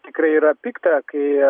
tikrai yra pikta kai